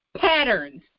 patterns